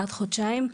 עד חודשיים.